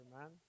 man